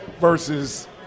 versus